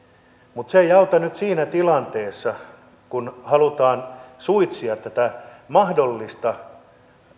mutta se ei auta nyt siinä tilanteessa kun halutaan suitsia tätä mahdollista